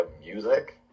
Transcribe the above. music